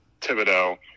Thibodeau